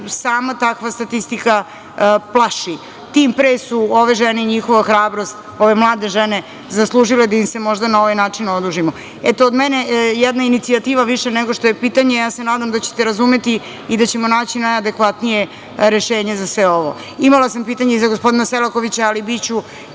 sama takva statistika plaši. Tim pre su ove žene i njihova hrabrost, ove mlade žene zaslužile da im se možda na ovaj način odužimo. Eto, od mene jedna inicijativa, više nego što je pitanje. Ja se nadam da ćete razumeti i da ćemo naći najadekvatnije rešenje za sve ovo. Imala sam pitanje i za gospodina Selakovića, ali biću